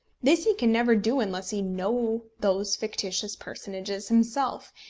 this he can never do unless he know those fictitious personages himself,